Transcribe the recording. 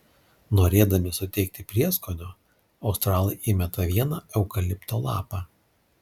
norėdami suteikti prieskonio australai įmeta vieną eukalipto lapą